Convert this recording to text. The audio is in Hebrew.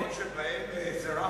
זה מקומות שבהם אזרח,